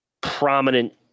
prominent